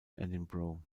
edinburgh